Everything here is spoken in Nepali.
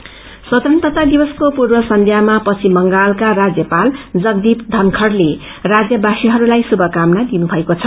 ईडी गवर्नर स्वतन्त्रता दिवसको पूर्व संध्यामा पश्चिम बंगालका राज्यमपाल जगदीप धनखड़ ले राज्य वासीहरूलाई शुभक्रमना दिनुथएको छ